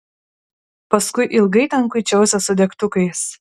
paskui ilgai ten kuičiausi su degtukais